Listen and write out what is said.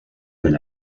del